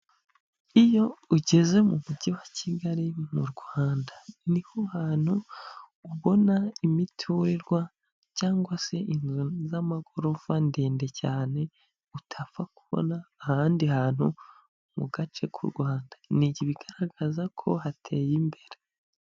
Iyo ugeze mu mujyi wa Kigali mu Rwanda niho hantu ubona imitirirwa cyangwa se inzu z'amagorofa ndende cyane utapfa kubona ahandi hantu mu gace k'u Rwanda, ni ibigaragaza ko hateye imbere.